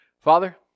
Father